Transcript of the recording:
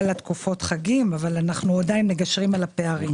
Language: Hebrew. תקופות החגים אבל אנחנו עדיין מגשרים על הפערים.